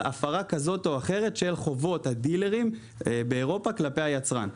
הפרה כזאת או אחרת של חובות הדילרים באירופה כלפי היצרן.